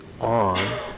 on